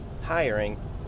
hiring